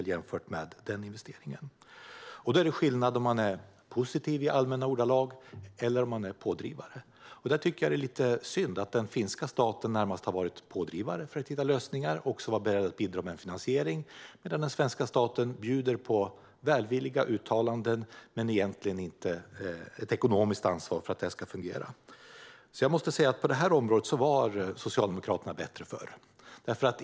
Det är skillnad om man är positiv i allmänna ordalag eller om man är pådrivare. Den finska staten har närmast varit en pådrivare för att hitta lösningar och har varit beredd att bidra med investering. Den svenska staten bjuder på välvilliga uttalanden men tar inte ett ekonomiskt ansvar för att det ska fungera. Jag tycker att det är synd. Jag måste säga att på detta område var Socialdemokraterna bättre förr.